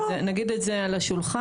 נגיד את זה על השולחן.